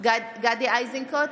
גדי איזנקוט,